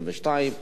22?